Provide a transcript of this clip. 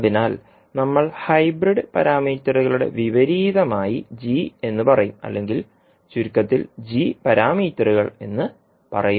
അതിനാൽ നമ്മൾ ഹൈബ്രിഡ് പാരാമീറ്ററുകളുടെ വിപരീതമായി g എന്ന് പറയും അല്ലെങ്കിൽ ചുരുക്കത്തിൽ g പാരാമീറ്ററുകൾ എന്ന് പറയും